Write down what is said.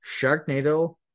Sharknado